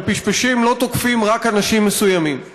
אבל פשפשים לא תוקפים רק אנשים מסוימים.